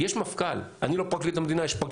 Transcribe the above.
יש מפכ"ל,